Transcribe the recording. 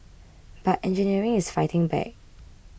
but engineering is fighting back